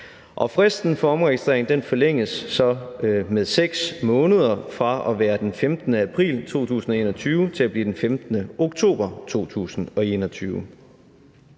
Fristen for omregistrering forlænges så med 6 måneder fra den 15. april 2021 til den 15. oktober 2021.